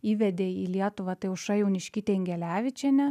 įvedė į lietuvą tai aušra jauniškytė ingelevičienė